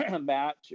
match